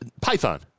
python